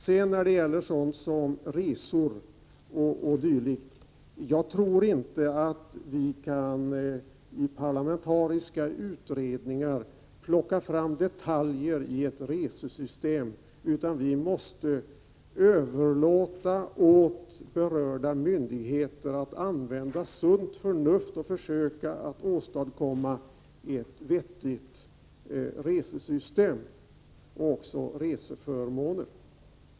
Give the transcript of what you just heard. Vad beträffar resor och dylikt tror jag inte att parlamentariska utredningar kan plocka fram detaljer i ett resesystem, utan vi måste överlåta åt berörda myndigheter att använda sunt förnuft och försöka att komma med ett vettigt system, inkl. reseförmåner.